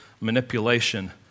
manipulation